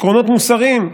עקרונות מוסריים.